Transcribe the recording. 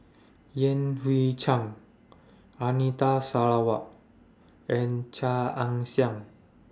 Yan Hui Chang Anita Sarawak and Chia Ann Siang